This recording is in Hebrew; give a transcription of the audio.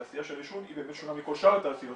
התעשייה של העישון היא שונה מכל שאר התעשיות